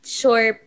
sure